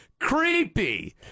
Creepy